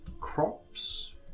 crops